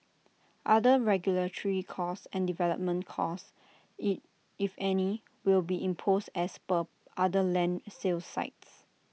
other regulatory costs and development costs if if any will be imposed as per other land sales sites